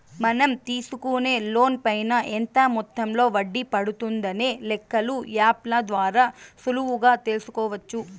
మనం తీసుకునే లోన్ పైన ఎంత మొత్తంలో వడ్డీ పడుతుందనే లెక్కలు యాప్ ల ద్వారా సులువుగా తెల్సుకోవచ్చు